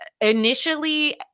initially